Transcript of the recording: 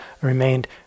remained